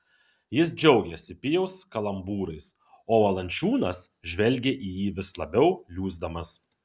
jis džiaugėsi pijaus kalambūrais o valančiūnas žvelgė į jį vis labiau liūsdamas